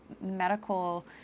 medical